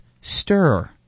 stir